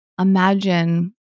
imagine